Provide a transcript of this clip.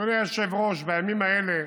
אדוני היושב-ראש, בימים האלה,